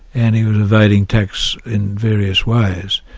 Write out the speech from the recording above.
and he was evading tax in various ways.